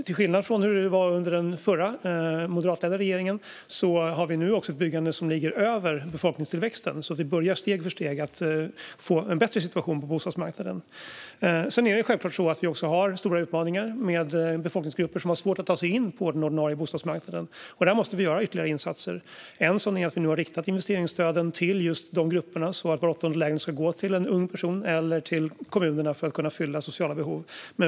Till skillnad från hur det var under den förra, moderatledda regeringen har vi nu också ett byggande som ligger över befolkningstillväxten, då vi nu börjar att steg för steg få en bättre situation på bostadsmarknaden. Självklart har vi stora utmaningar med befolkningsgrupper som har svårt att ta sig in på den ordinarie bostadsmarknaden. Där måste vi göra ytterligare insatser. En sådan är att vi nu har riktat investeringsstöden till just de grupperna så att var åttonde lägenhet ska gå till en ung person eller till kommunerna för att kunna fylla sociala behov.